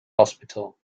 hospital